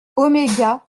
oméga